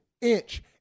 inch